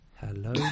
Hello